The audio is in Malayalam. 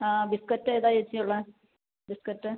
ആ ബിസ്കറ്റ് ഏതാണ് ചേച്ചി ഉള്ളത് ബിസ്കറ്റ്